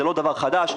זה לא דבר חדש,